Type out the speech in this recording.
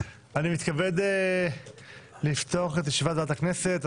אני מתכבד לפתוח את ישיבת ועדת הכנסת.